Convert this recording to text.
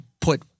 put